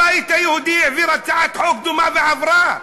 הבית היהודי העביר הצעת חוק דומה, והיא עברה.